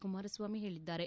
ಕುಮಾರಸ್ವಾಮಿ ಹೇಳಿದ್ದಾರೆ